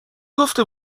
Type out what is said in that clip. گفته